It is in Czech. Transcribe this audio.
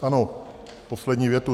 Ano, poslední větu.